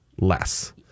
less